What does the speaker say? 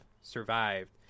survived